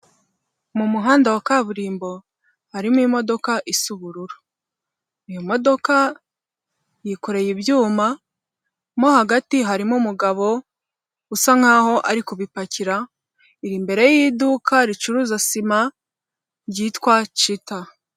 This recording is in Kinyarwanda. Mu muhanda wa kaburimbo harimo imodoka isa ubururu. Iyo modoka yikoreye ibyuma, mo hagati harimo umugabo usa nkaho ari kubipakira, iri imbere y'iduka ricuruza sima ryitwa cita.